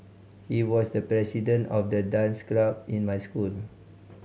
he was the president of the dance club in my school